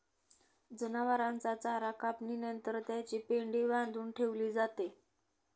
जनावरांचा चारा कापणी नंतर त्याची पेंढी बांधून ठेवली जाते